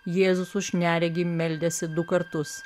jėzus už neregį meldėsi du kartus